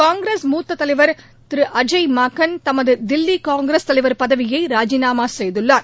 காங்கிரஸ் மூத்த தலைவர் திரு அஜய் மக்கன் தமது தில்லி காங்கிரஸ் தலைவர் பதவியை ராஜினாமா செய்துள்ளார்